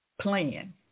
plan